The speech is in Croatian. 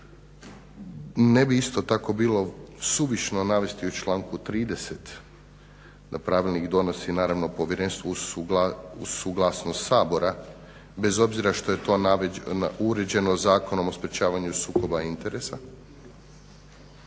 Ne bi isto tako bilo suvišno navesti u članku 30. da pravilnik donosi naravno povjerenstvu uz suglasnost Sabora bez obzira što je to uređeno Zakonom o sprečavanju sukoba interesa.